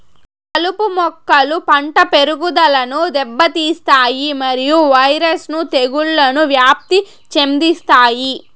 కలుపు మొక్కలు పంట పెరుగుదలను దెబ్బతీస్తాయి మరియు వైరస్ ను తెగుళ్లను వ్యాప్తి చెందిస్తాయి